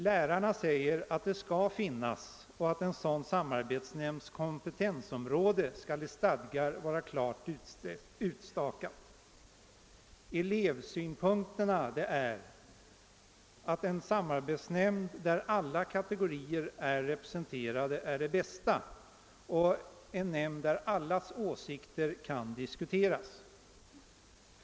Lärarna säger att en sådan skall finnas och att en dylik samarbetsnämnds kompetensområde skall vara klart utstakat i stadgan. Elevsynpunkterna är att en samarbetsnämnd, där alla kategorier är representerade, och där allas åsikter kan diskuteras är det bästa.